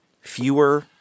fewer